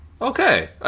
Okay